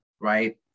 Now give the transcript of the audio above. right